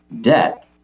debt